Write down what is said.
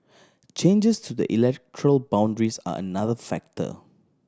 changes to the electoral boundaries are another factor